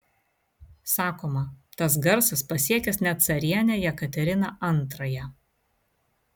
sakoma tas garsas pasiekęs net carienę jekateriną antrąją